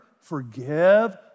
forgive